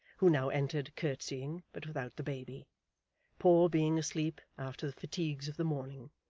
who now entered curtseying, but without the baby paul being asleep after the fatigues of the morning.